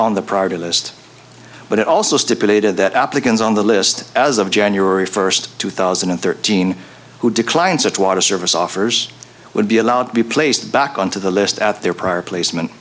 on the priority list but it also stipulated that applicants on the list as of january first two thousand and thirteen who declined such water service offers would be allowed to be placed back on to the list at their prior placement